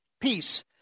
Peace